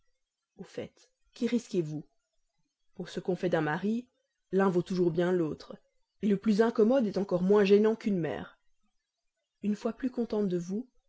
au fait qu'y risquez vous pour ce qu'on fait d'un mari l'un vaut toujours bien l'autre le plus incommode est encore moins gênant qu'une mère une fois plus contente de vous